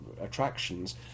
attractions